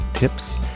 tips